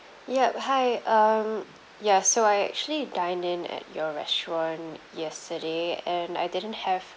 yup hi um ya so I actually dined in at your restaurant yesterday and I didn't have